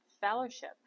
fellowship